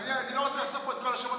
ואני לא רוצה לחשוף פה את כל השמות,